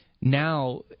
Now